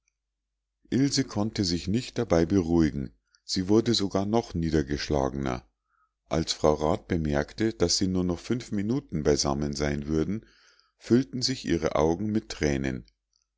ilse konnte sich nicht dabei beruhigen sie wurde sogar noch niedergeschlagener als frau rat bemerkte daß sie nur noch fünf minuten beisammen sein würden füllten sich ihre augen mit thränen